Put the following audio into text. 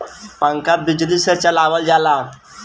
पंखा बिजली से चलावल जाला